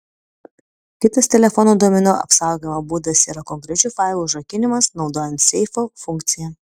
kitas telefono duomenų apsaugojimo būdas yra konkrečių failų užrakinimas naudojant seifo funkciją